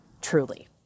Truly